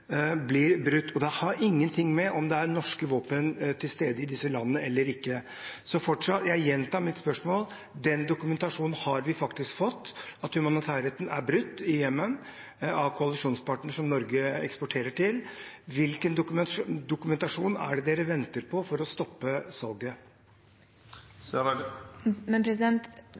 blir brutt. Det har ingenting å gjøre med om det er norske våpen til stede i disse landene eller ikke. Jeg gjentar mitt spørsmål: Dokumentasjonen av at humanitærretten er brutt i Jemen av koalisjonspartnere som Norge eksporterer til, har vi faktisk fått. Hvilken dokumentasjon er det man venter på for å stoppe salget?